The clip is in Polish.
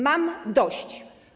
Mam dość.